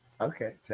okay